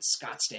Scottsdale